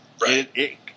Right